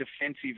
defensive